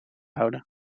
houden